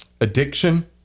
addiction